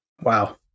Wow